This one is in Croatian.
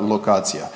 lokacija.